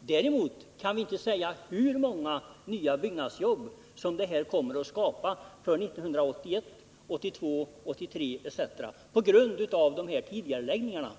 Däremot kan vi inte säga hur många nya byggnadsjobb som de kommer att skapa för 1981, 1982, 1983 etc. på grund av tidigareläggningarna.